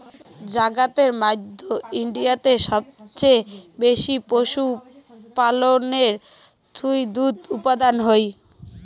জাগাতের মধ্যে ইন্ডিয়াতে সবচেয়ে বেশি পশুপালনের থুই দুধ উপাদান হই